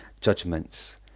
judgments